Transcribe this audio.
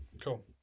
cool